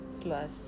Slash